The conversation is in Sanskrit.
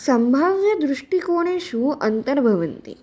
सम्भाव्य दृष्टिकोणेषु अन्तर्भवन्ति